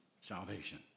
salvation